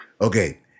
Okay